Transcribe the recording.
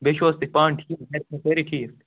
بیٚیہِ چھِو حظ تُہۍ پانہٕ ٹھیٖک گَرِ چھَ سٲری ٹھیٖک